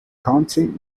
county